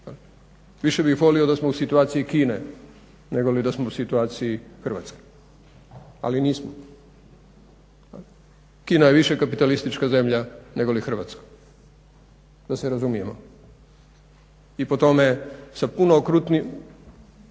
Više bih volio da smo u situaciju Kine negoli da smo u situaciji Hrvatske, ali nismo. Kina je više kapitalistička zemlja negoli Hrvatska da se razumijemo i po tome sa puno o